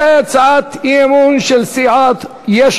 הצעת אי-אמון של סיעות חד"ש,